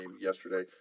yesterday